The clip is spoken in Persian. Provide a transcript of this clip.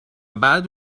بعد